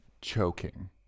Choking